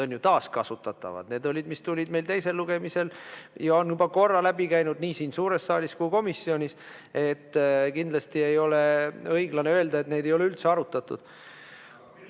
on taaskasutatavad. Need tulid meil teisel lugemisel ja on juba korra läbi käinud nii siin suures saalis kui ka komisjonis. Kindlasti ei ole õiglane öelda, et neid ei ole üldse arutatud.